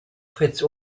fritz